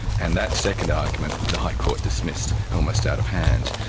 and that second argument the high court dismissed almost out of hand.